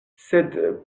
sed